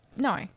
No